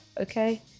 okay